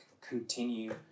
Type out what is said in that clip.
continue